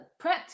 prepped